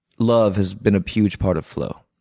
love has been a huge part of flow.